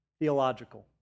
theological